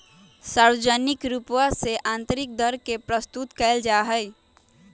सार्वजनिक रूपवा से आन्तरिक दर के प्रस्तुत कइल जाहई